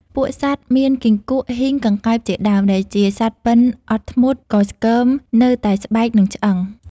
ពួកសត្វមានគីង្គក់ ហ៊ីង កង្កែបជាដើម ដែលជាសត្វប៉ិនអត់ធន់ក៏ស្គមនៅតែស្បែកនិងឆ្អឹង។